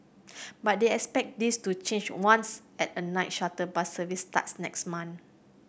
but they expect this to change once at a night shuttle bus service starts next month